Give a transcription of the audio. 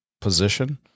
position